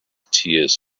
tears